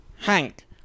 Hank